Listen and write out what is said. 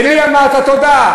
למי אמרתם תודה?